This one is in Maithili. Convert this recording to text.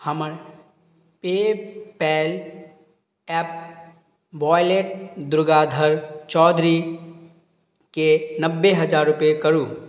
हमर पेपल एप वॉलेट दुर्गाधर चौधरीकेँ नब्बे हजार रुपैआ करू